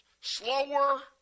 Slower